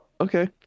okay